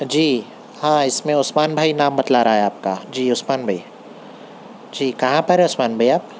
جی ہاں اس میں عثمان بھائی نام بتلا رہا آپ کا جی عثمان بھائی جی کہاں پر ہیں عثمان بھائی آپ